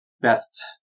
best